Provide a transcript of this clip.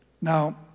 Now